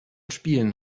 spielen